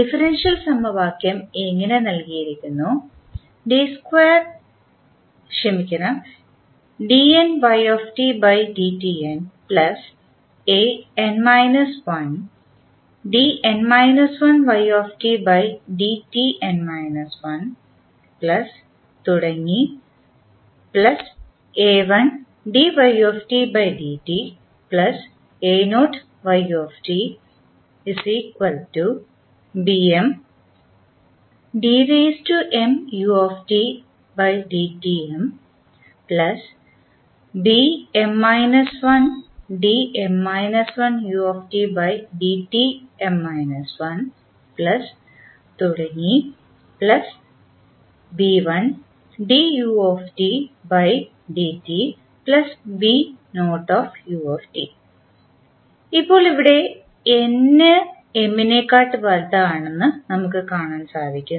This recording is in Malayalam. ഡിഫറൻഷ്യൽ സമവാക്യം ഇങ്ങനെ നൽകിയിരിക്കുന്നു ഇപ്പോൾ ഇവിടെ n m എന്ന് നമ്മൾ അനുമാനിക്കുന്നു